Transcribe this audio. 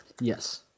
Yes